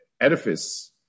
edifice